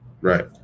Right